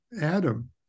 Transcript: Adam